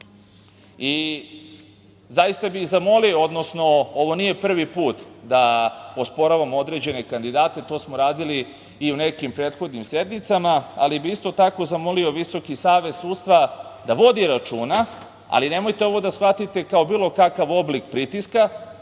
Zaista bih zamolio, odnosno ovo nije prvi put da osporavamo određene kandidate, to smo radili i u nekim prethodnim sednicama, ali bih isto tako zamolio VSS da vodi računa, ali nemojte ovo da shvatite kao bilo kakav oblik pritiska,